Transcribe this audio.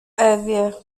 ewie